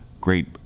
great